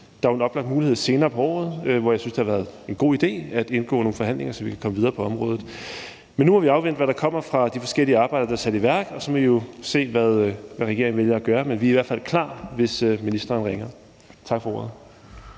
Der er jo en oplagt mulighed senere på året, hvor jeg synes at det ville være en god idé at indgå i nogle forhandlinger, så vi kan komme videre på området. Nu må vi afvente, hvad der kommer fra de forskellige arbejder, der er sat i værk, og så må vi jo se, hvad regeringen vælger at gøre. Vi er i hvert fald klar, hvis ministeren ringer. Tak for ordet.